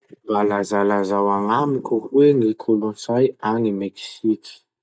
Mba lazalazao agnamiko hoe ny kolotsay agny Mexique?